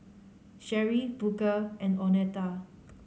Sheri Booker and Oneta